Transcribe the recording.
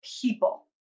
people